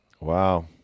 Wow